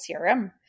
crm